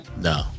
no